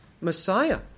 Messiah